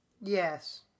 Yes